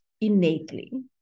innately